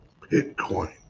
Bitcoin